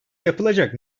yapılacak